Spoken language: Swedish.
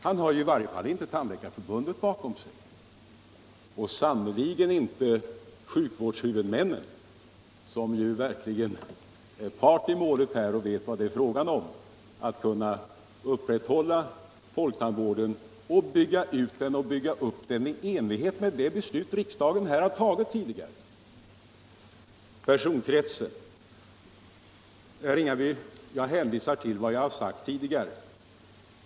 Han har i varje fall inte Tandläkarförbundet bakom sig och sannerligen inte heller sjukvårdshuvudmännen, som verkligen är part i målet och vet vad det skulle innebära för folktandvården och dess möjligheter att kunna bygga ut folktandvården i enlighet med det beslut som riksdagen tidigare har fattat. Beträffande personkretsen hänvisar jag till vad jag har sagt tidigare.